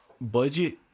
Budget